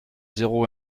zéro